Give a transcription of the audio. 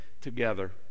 together